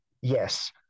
yes